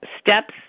steps